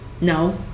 no